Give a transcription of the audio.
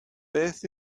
beth